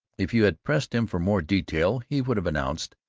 if you had pressed him for more detail, he would have announced,